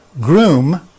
groom